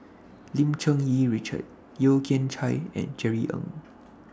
Lim Cherng Yih Richard Yeo Kian Chye and Jerry Ng